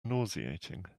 nauseating